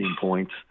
points